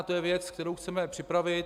To je věc, kterou chceme připravit.